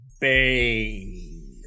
Bane